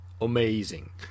amazing